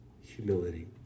humility